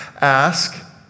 ask